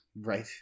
Right